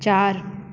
चारि